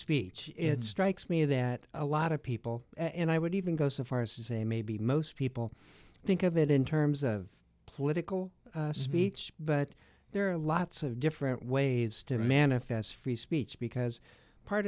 speech it strikes me that a lot of people and i would even go so far as to say maybe most people think of it in terms of political speech but there are lots of different ways to manifest free speech because part